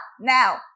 now